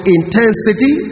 intensity